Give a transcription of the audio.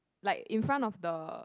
like in front of the